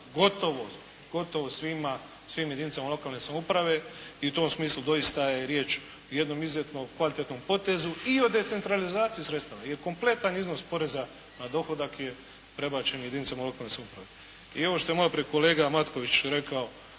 gotovo svim jedinicama lokalne samouprave i u tom smislu doista je riječ o jednom izuzetno kvalitetnom potezu i o decentralizaciji sredstava i kompletan iznos poreza na dohodak je prebačen jedinicama lokalne samouprave. I ovo što je maloprije kolega Matković rekao